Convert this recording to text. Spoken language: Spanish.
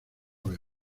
vez